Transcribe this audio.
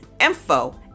info